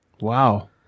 Wow